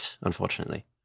unfortunately